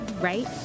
right